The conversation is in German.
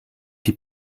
die